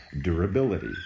durability